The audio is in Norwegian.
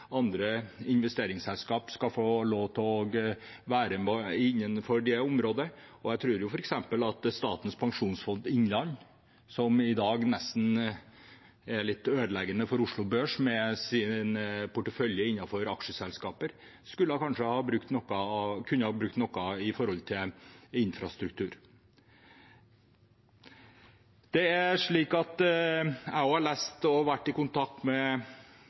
andre investeringsselskap skal få lov til å være med innenfor dette området. Jeg tror f.eks. at Statens pensjonsfond innland, som i dag nesten er litt ødeleggende for Oslo Børs med sin portefølje innenfor aksjeselskaper, kanskje kunne ha brukt noe til infrastruktur. Jeg har også vært i kontakt med Norsk Bane ved flere anledninger og sett de utredningene som kommer fra samarbeidet med